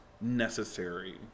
necessary